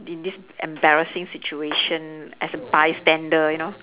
in this embarrassing situation as a bystander you know